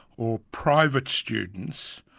or private students,